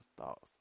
thoughts